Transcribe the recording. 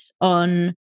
on